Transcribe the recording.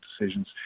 decisions